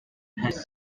has